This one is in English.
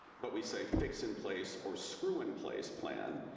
what we say, fix in place or screw in place plan,